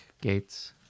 gates